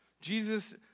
Jesus